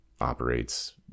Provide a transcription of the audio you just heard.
operates